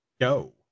go